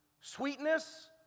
sweetness